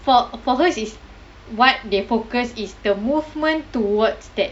for for hers is what they focus is the movement towards that